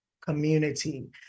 community